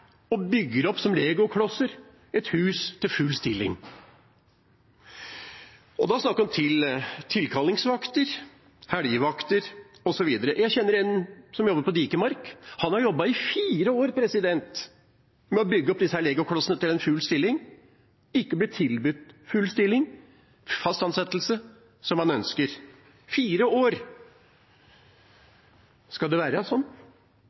snakker vi om tilkallingsvakter, helgevakter osv. Jeg kjenner en som jobber på Dikemark. Han har jobbet i fire år med å bygge opp disse legoklossene til en full stilling og har ikke blitt tilbudt full stilling og fast ansettelse, som han ønsker. Fire år! Skal det være sånn?